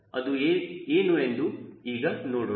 ಅದು ಏನು ಎಂದು ಈಗ ನೋಡೋಣ